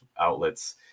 outlets